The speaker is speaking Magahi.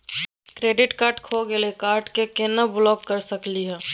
क्रेडिट कार्ड खो गैली, कार्ड क केना ब्लॉक कर सकली हे?